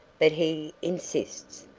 but he insists,